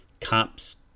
cops